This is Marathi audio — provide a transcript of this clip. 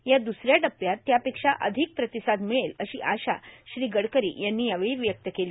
या द्रसऱ्या टप्प्यात त्यापेक्षा अधिक प्रतिसाद मिळेल अशी आशा श्री गडकरी यांनी व्यक्त केली